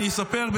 אספר,